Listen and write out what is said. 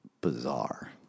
bizarre